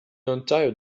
entire